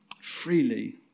freely